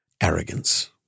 arrogance